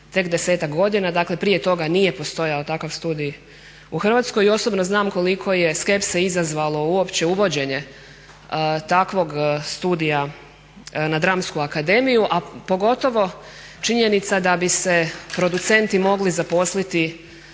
tek 10-ak godina, dakle prije toga nije postojao takav studij u Hrvatskoj. Osobno znam koliko je skepse izazvalo uopće uvođenje takvog studija na Dramsku akademiju a pogotovo činjenica da bi se producenti mogli zaposliti